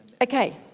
Okay